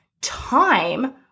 time